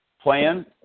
plan